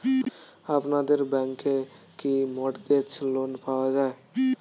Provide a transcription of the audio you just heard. আপনাদের ব্যাংকে কি মর্টগেজ লোন পাওয়া যায়?